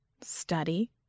Study